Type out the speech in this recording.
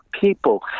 people